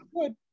good